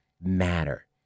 matter